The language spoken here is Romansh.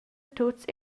tuts